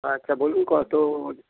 আচ্ছা বলুন কতো